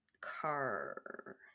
car